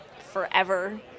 forever